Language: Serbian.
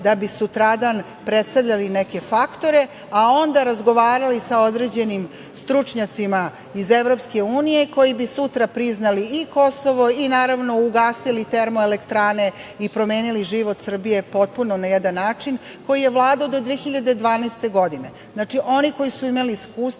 da bi sutradan predstavljali neke faktore, a onda razgovarali sa određenim stručnjacima iz Evropske unije, koji bi sutra priznali i Kosovo i naravno ugasili termoelektrane i promenili život Srbije potpuno na jedan način koji je vladao do 2012. godine. Znači, oni koji su imali iskustva